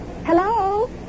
Hello